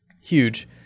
huge